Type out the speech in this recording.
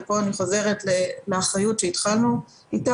כאן אני חוזרת לאחריות שהתחלנו אתה,